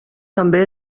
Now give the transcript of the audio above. també